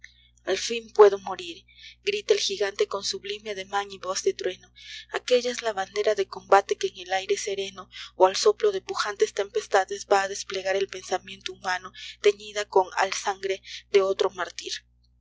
al fin puedo morir grita el jigante con sublime adema n y voz de trueno aquella es la bandera de combate que en el aire sereno o al soplo de pujantes tempestades v á á desplegar el pensamiento humano teñida con la sangre de otro mártir